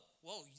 whoa